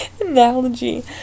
analogy